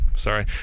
sorry